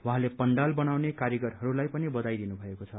उहाँले पण्डाल बनाउने कारीगरहरूलाई पनि बधाई दिनु भएको छ